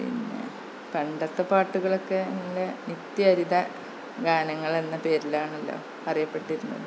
പിന്നെ പണ്ടത്തെ പാട്ടുകളൊക്കെ നല്ലെ നിത്യഹരിത ഗാനങ്ങളെന്ന പേരിലാണല്ലോ അറിയപ്പെട്ടിരുന്നത്